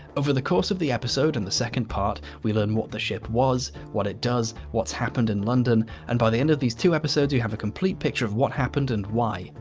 over the course of the episode and the second part we learn what the ship was, what it does what's happened in london and by the end of these two episodes you have a complete picture of what happened and why.